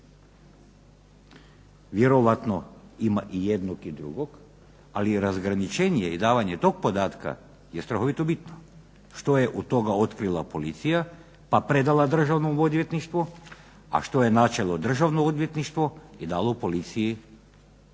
Vjerojatno ima i jednog i drugog, ali razgraničenje i davanje tog podatka je strahovito bitno što je od toga otkrila policija pa predala Državnom odvjetništvu, a što je načelo Državno odvjetništvo i dalo policiji